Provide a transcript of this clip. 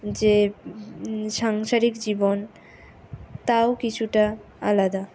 যে সাংসারিক জীবন তাও কিছুটা আলাদা